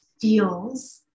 feels